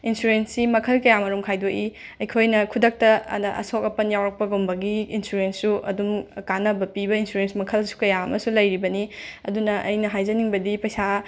ꯏꯟꯁꯨꯔꯦꯟꯁꯤ ꯃꯈꯜ ꯀꯌꯥꯃꯔꯨꯝ ꯈꯥꯏꯗꯣꯛꯏ ꯑꯩꯈꯣꯏꯅ ꯈꯨꯗꯛꯇ ꯑꯅ ꯑꯁꯣꯛ ꯑꯄꯟ ꯌꯥꯎꯔꯛꯄꯒꯨꯝꯕꯒꯤ ꯏꯟꯁꯨꯔꯦꯟꯁꯁꯨ ꯑꯗꯨꯝ ꯀꯥꯟꯅꯕ ꯄꯤꯕ ꯏꯟꯁꯨꯔꯦꯟꯁ ꯃꯈꯜꯁꯨ ꯀꯌꯥ ꯑꯃꯁꯨ ꯂꯩꯔꯤꯕꯅꯤ ꯑꯗꯨꯅ ꯑꯩꯅ ꯍꯥꯏꯖꯅꯤꯡꯕꯗꯤ ꯄꯩꯁꯥ